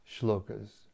shlokas